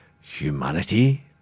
Humanity